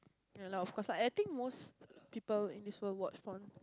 ya lah of course lah and I think most people in this world watch porn